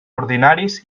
ordinaris